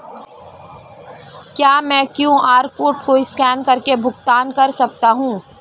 क्या मैं QR code को स्कैन करके भुगतान कर सकता हूं?